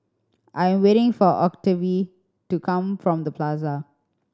I am waiting for Octavie to come from The Plaza